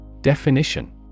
Definition